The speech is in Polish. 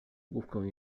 główkę